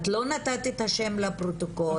את לא נתת את השם לפרוטוקול.